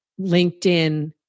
LinkedIn